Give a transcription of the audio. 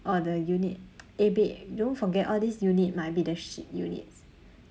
orh the unit eh babe you don't forget all these unit might be the shit units